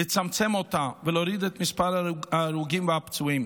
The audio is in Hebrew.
לצמצם אותה ולהוריד את מספר ההרוגים והפצועים.